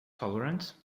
tolerant